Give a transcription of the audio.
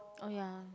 oh ya